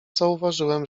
zauważyłem